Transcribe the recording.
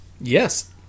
Yes